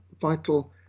vital